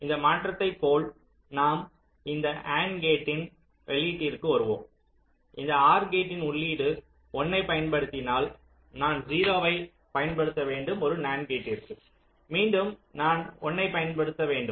இந்த மாற்றத்தைப் போல நாம் இந்த அண்ட் கேட்டின் வெளியீட்டிற்கு வருவோம் இந்த ஆர் கேட்டின் உள்ளீடு 1 ஐப் பயன்படுத்தினால் நான் 0 ஐப் பயன்படுத்த வேண்டும் ஒரு நண்ட் கேட்டிற்கு மீண்டும் நான் 1 ஐப் பயன்படுத்த வேண்டும்